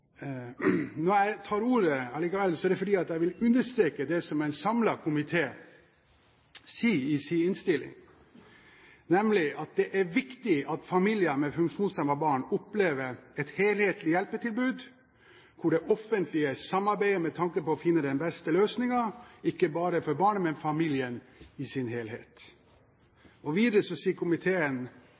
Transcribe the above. Når jeg likevel tar ordet, er det for å understreke det en samlet komité sier i sin innstilling, nemlig at det er viktig at «familier med funksjonshemmede barn opplever et helhetlig hjelpetilbud, hvor det offentlig samarbeider med tanke på å finne den beste løsningen, ikke bare for barnet, men også for familien i sin helhet». Videre sier komiteen